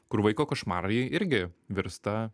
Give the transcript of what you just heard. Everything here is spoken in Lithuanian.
kur vaiko košmarai irgi virsta